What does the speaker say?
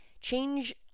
Change